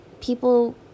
people